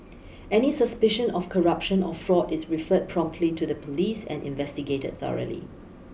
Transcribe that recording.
any suspicion of corruption or fraud is referred promptly to the police and investigated thoroughly